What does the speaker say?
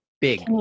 Big